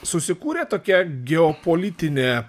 susikūrė tokia geopolitinė